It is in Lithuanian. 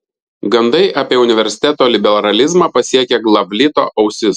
gandai apie universiteto liberalizmą pasiekė glavlito ausis